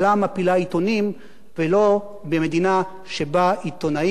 ולא במדינה שבה עיתונאים יכולים להפיל ממשלה.